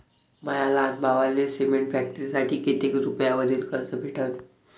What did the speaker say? माया लहान भावाले सिमेंट फॅक्टरीसाठी कितीक रुपयावरी कर्ज भेटनं?